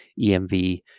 EMV